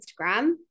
Instagram